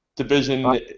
division